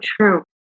true